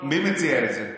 מי מציע את זה?